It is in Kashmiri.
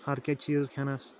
ہَر کیٚنٛہہ چیٖز کھؠنَس